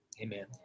Amen